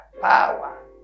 power